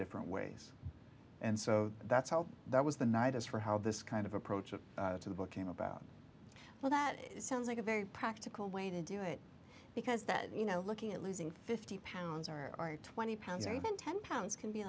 different ways and so that's how that was the night as for how this kind of approach to the book came about well that sounds like a very practical way to do it because that you know looking at losing fifty pounds or twenty pounds or even ten pounds can be